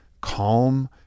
calm